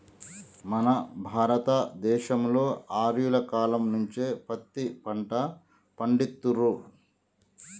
మన భారత దేశంలో ఆర్యుల కాలం నుంచే పత్తి పంట పండిత్తుర్రు